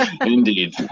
Indeed